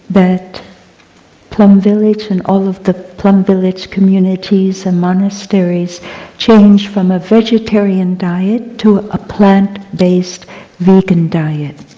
that plum village and all of the plum village communities and monasteries changed from a vegetarian diet to a plant based vegan diet,